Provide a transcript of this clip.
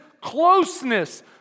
closeness